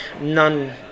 none